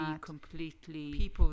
completely